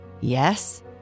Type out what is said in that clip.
Yes